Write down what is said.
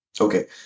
Okay